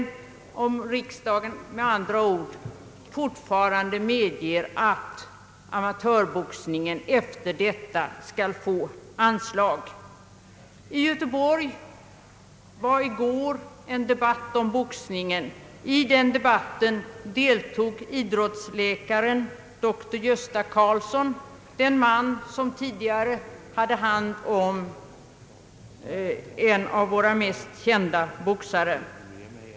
Om riksdagen med andra ord fortfarande finner att amatörboxningen skall få anslag. I Göteborg ägde i går en debatt om boxningen rum. I den debatten deltog idrottsläkaren doktor Gösta Carlsson, den man som tidigare hade hand om en av våra mest kända boxare.